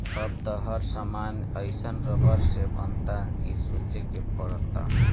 अब त हर सामान एइसन रबड़ से बनता कि सोचे के पड़ता